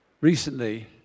recently